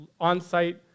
on-site